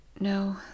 No